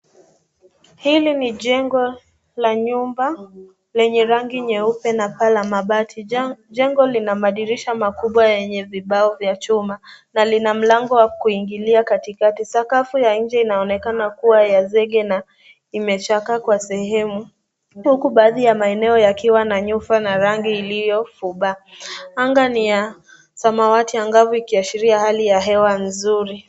Hili ni jengo la nyumba lenye rangi nyeupe na paa la mabati. Jengo lina madirisha makubwa yenye vibao vya chuma na lina mlango wa kuingilia katikati sakafu ya nje, inaoonekana kuwa ya zege na imechakaa kwa sehemu. Huku baadhi ya maeneo yakiwa na nyufa na rangi iliyofubaa. Anga ni ya samawati angavu, ikiashiria hali ya hewa nzuri.